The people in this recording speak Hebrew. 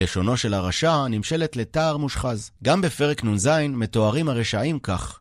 לשונו של הרשע נמשלת לתער מושחז, גם בפרק נ"ז מתוארים הרשעים כך.